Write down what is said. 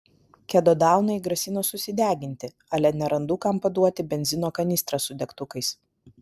kedodaunai grasino susideginti ale nerandu kam paduoti benzino kanistrą su degtukais